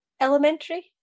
elementary